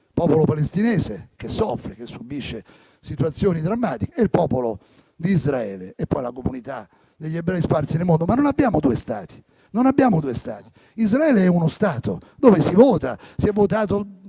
popolo palestinese che soffre e che subisce situazioni drammatiche e il popolo di Israele, oltre alla comunità degli ebrei sparsi nel mondo - ma non abbiamo due Stati: Israele è uno Stato dove si vota, si è votato